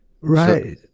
Right